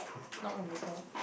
knock on the door